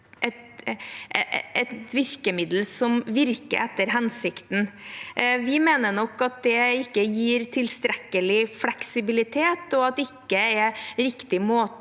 et virkemiddel som virker etter hensikten. Vi mener at det ikke gir tilstrekkelig fleksibilitet, og at det ikke er riktig måte